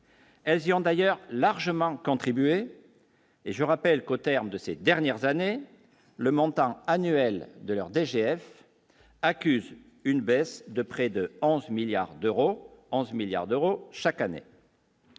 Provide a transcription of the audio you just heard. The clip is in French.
Elles Hyunday heure largement contribué et je rappelle qu'au terme de ces dernières années, le montant annuel de leurs DGF accuse une baisse de près de 11 milliards d'euros, 11